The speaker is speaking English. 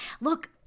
look